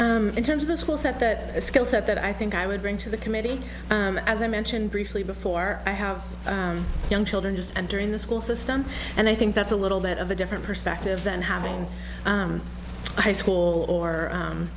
you in terms of the schools that the skill set that i think i would bring to the committee as i mentioned briefly before i have young children just and during the school system and i think that's a little bit of a different perspective than having high school or